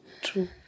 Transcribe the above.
True